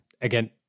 again